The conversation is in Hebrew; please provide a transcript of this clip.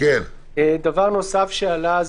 דבר נוסף שעלה,